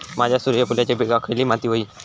माझ्या सूर्यफुलाच्या पिकाक खयली माती व्हयी?